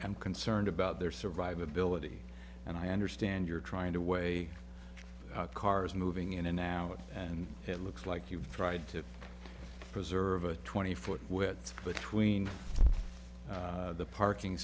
am concerned about their survivability and i understand you're trying to weigh cars moving in an hour and it looks like you've tried to preserve a twenty foot wet between the parking